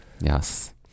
Yes